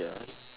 ya